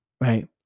Right